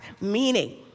meaning